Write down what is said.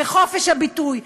בחופש הביטוי,